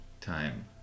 time